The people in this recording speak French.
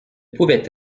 pouvait